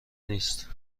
نیست